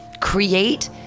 create